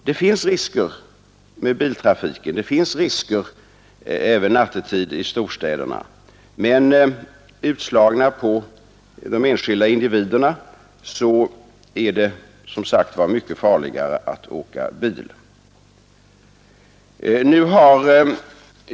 Det finns risker med biltrafiken. Det finns också risker nattetid i storstäderna, men utslaget på de enskilda individerna är det som sagt mycket farligare att åka bil.